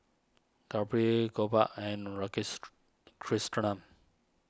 Gauri Gopal and